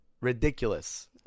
Ridiculous